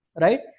Right